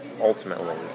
ultimately